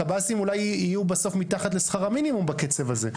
הקב"סים אולי יהיו בסוף מתחת לשכר המינימום בקצב הזה.